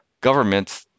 governments